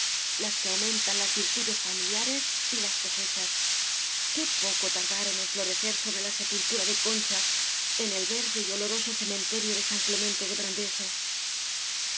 las que aumentan las virtudes familiares y las cosechas qué poco tardaron en florecer sobre la sepultura de concha en el verde y olo roso cementerio de san clemente de brandeso